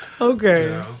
Okay